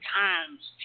times